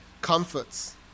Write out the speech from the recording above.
comforts